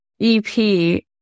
EP